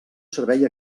servei